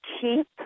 Keep